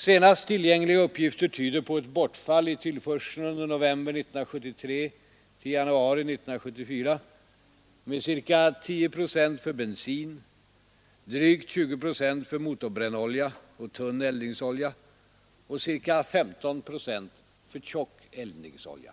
Senaste tillgängliga uppgifter tyder på ett bortfall i tillförseln under november 1973—januari 1974 med 10 procent för bensin, drygt 20 procent för motorbrännolja och tunneldningsolja och 15 procent för tjock eldningsolja.